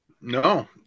No